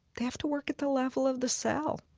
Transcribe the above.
have to work at the level of the cell